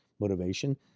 motivation